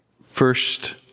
first